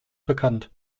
bekannt